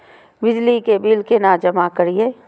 बिजली के बिल केना जमा करिए?